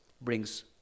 brings